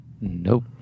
Nope